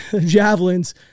javelins